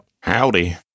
Howdy